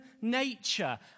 nature